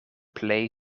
plej